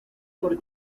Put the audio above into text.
por